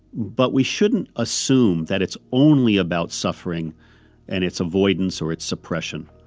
but we shouldn't assume that it's only about suffering and its avoidance or its suppression,